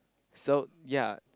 so yea